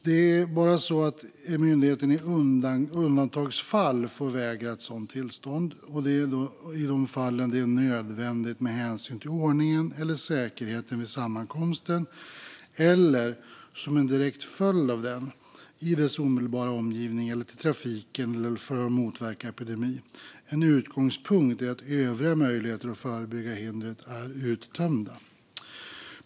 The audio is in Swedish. Myndigheten får bara i undantagsfall vägra ett sådant tillstånd, i de fall det är nödvändigt med hänsyn till ordningen eller säkerheten vid sammankomsten eller, som en direkt följd av den, i dess omedelbara omgivning eller till trafiken eller för att motverka epidemi. En utgångspunkt är att övriga möjligheter att förebygga hindret är uttömda.